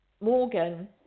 Morgan